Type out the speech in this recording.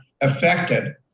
affected